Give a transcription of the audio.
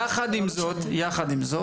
יחד עם זאת,